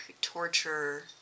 torture